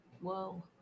Whoa